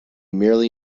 merely